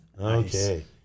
Okay